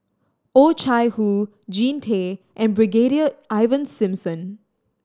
Oh Chai Hoo Jean Tay and Brigadier Ivan Simson